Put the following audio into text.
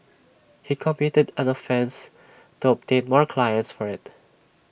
he committed the offences to obtain more clients for IT